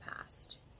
past